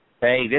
Hey